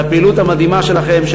על הפעילות המדהימה שלכם,